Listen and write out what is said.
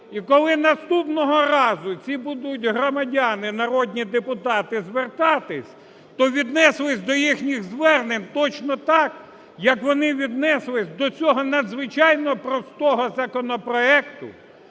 і коли наступного разу ці будуть громадяни, народні депутати, звертатися, то віднесемося до їхніх звернень точно так, як вони віднеслися до цього надзвичайно простого законопроекту,